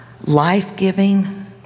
life-giving